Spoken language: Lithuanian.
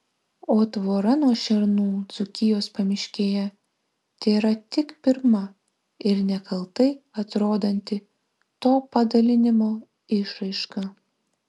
o tvora nuo šernų dzūkijos pamiškėje tėra tik pirma ir nekaltai atrodanti to padalinimo išraiška